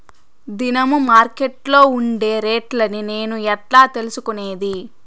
దినము మార్కెట్లో ఉండే రేట్లని నేను ఎట్లా తెలుసుకునేది?